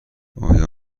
آیا